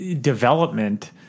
development